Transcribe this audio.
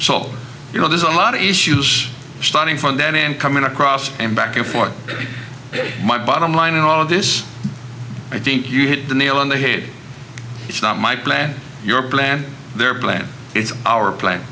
so you know there's a lot of issues starting from then and coming across and back and forth my bottom line in all of this i think you hit the nail on the head it's not my plan your plan their plan it's our plan